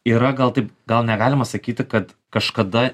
yra gal taip gal negalima sakyti kad kažkada